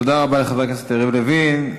תודה לחבר הכנסת יריב לוין.